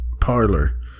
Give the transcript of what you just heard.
parlor